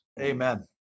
Amen